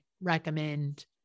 recommend